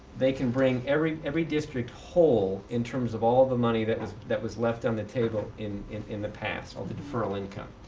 they can bring every every district whole in terms of all the money that was that was left on the table in in the past, all the deferral income.